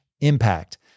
impact